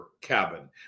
cabin